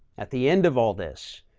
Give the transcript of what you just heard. at the end of all this,